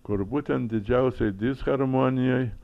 kur būtent didžiausią diską rumunijoj